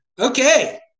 Okay